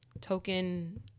token